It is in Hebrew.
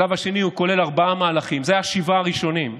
השלב השני כולל ארבעה מהלכים, זה השבעה הראשונים.